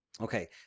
Okay